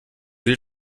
will